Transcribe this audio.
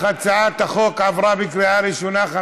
אם כך, הצעת החוק עברה בקריאה ראשונה.